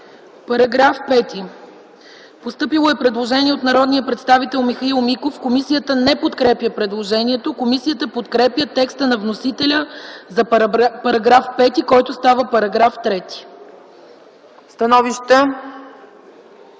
По § 5 е постъпило предложение от народния представител Михаил Миков. Комисията не подкрепя предложението. Комисията подкрепя текста на вносителя за § 5, който става § 3.